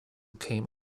came